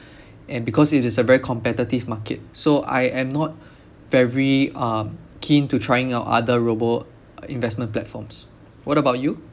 and because it is a very competitive market so I am not very um keen to trying out other robo investment platforms what about you